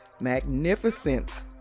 magnificent